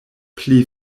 pli